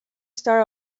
star